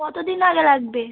কতো দিন আগে লাগবে